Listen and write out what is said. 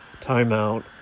Timeout